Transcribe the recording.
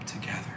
together